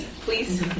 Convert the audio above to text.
Please